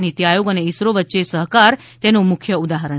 નીતિ આયોગ અને ઇસરો વચ્ચે સહકાર તેનું મુખ્ય ઉદાહરણ છે